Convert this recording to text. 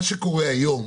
מה שקורה היום